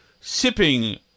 sipping